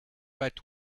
but